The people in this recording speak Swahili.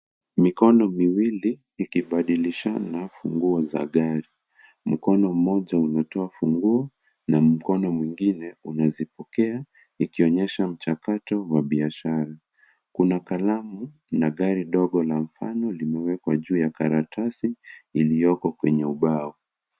Mikono miwili, ikibadilishana funguo za gari, mkono mmoja unatoa funguo, na mkono mwingine unazipokea, ikionyesha mchakato wa biashara, kuna kalamu na gari dogo la mfano, limewekwa juu ya karatasi, ilioko kwenye ubao.